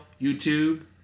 YouTube